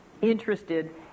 interested